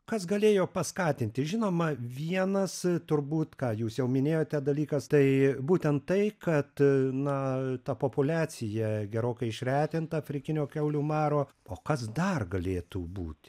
kas galėjo paskatinti žinoma vienas turbūt ką jūs jau minėjote dalykas tai būtent tai kad na ta populiacija gerokai išretinta afrikinio kiaulių maro o kas dar galėtų būti